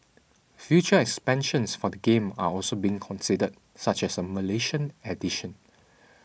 future expansions for the game are also been considered such as a Malaysian edition